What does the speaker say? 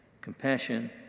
compassion